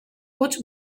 huts